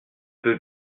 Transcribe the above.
peux